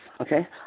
okay